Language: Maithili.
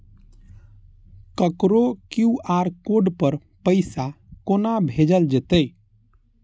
ककरो क्यू.आर कोड पर पैसा कोना भेजल जेतै?